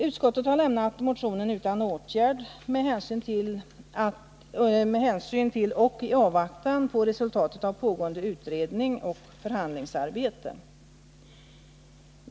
Utskottet har lämnat motionen utan åtgärd under hänvisning till och i avvaktan på resultatet av pågående utredning och förhandlingsarbete.